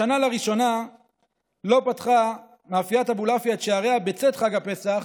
השנה לראשונה לא פתחה מאפיית אבולעפיה את שעריה בצאת חג הפסח,